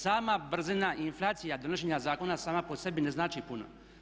Sama brzina i inflacija donošenja zakona sama po sebi ne znači puno.